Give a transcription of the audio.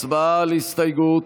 הצבעה על הסתייגות.